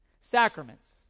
sacraments